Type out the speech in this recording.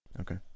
Okay